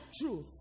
truth